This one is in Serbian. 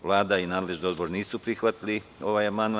Vlada i nadležni odbor nisu prihvatili ovaj amandman.